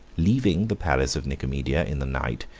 leaving the palace of nicomedia in the night,